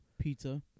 pizza